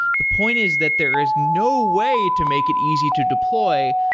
the point is that there is no way to make it easy to deploy.